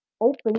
Open